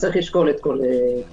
יש לשקול את זה.